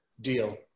deal